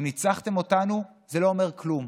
אם ניצחתם אותנו, זה לא אומר כלום.